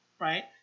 right